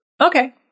Okay